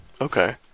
Okay